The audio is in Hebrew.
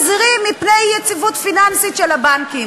מזהירים מפני אי-יציבות פיננסית של הבנקים.